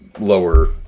lower